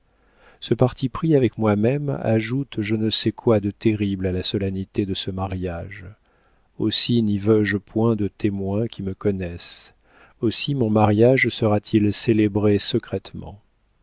ce parti pris avec moi-même ajoute je ne sais quoi de terrible à la solennité de ce mariage aussi n'y veux-je point de témoins qui me connaissent aussi mon mariage sera-t-il célébré secrètement